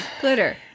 Glitter